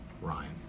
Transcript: Ryan